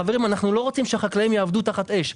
חברים, אנחנו לא רוצים שהחקלאים יעבדו תחת אש.